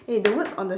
eh the words on the